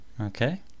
Okay